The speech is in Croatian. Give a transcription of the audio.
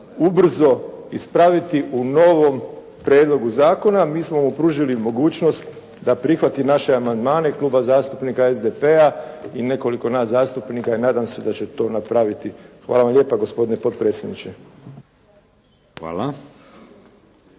ubrzo ispraviti u novom prijedlogu zakona. Mi smo mu pružili mogućnost da prihvati naše amandmane Kluba zastupnika SDP-a i nekoliko nas zastupnika i nadam se da će to napraviti. Hvala vam lijepa gospodine potpredsjedniče.